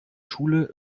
schule